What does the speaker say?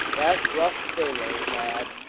that rough sailor lad,